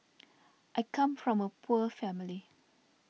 I come from a poor family